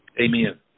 Amen